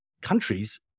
countries